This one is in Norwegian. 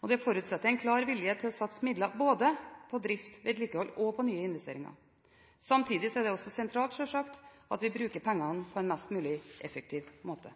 og det forutsetter en klar vilje til å satse midler både på drift, vedlikehold og på nye investeringer. Samtidig er det også sentralt, selvsagt, at vi bruker pengene på en mest mulig effektiv måte.